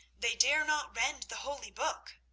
they dare not rend the holy book!